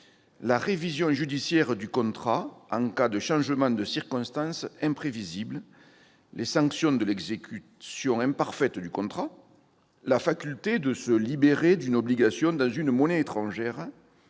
la révision judiciaire du contrat, en cas de changement de circonstances imprévisible ; les sanctions de l'exécution imparfaite du contrat ; la faculté de se libérer d'une obligation dans une monnaie étrangère